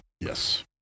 Yes